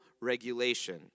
regulation